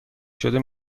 شده